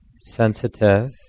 sensitive